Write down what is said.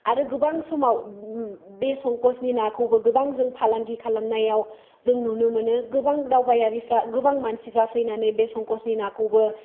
आरो गोबां समाव बे संकशनि नाखौबो गोबां जों फालांगि खालामनायाव जों नुनो मोनो गोबां जों दावबायारिफ्रा गोबां मानसिफ्रा फैनानै बि संकशनि नाफोरखौबो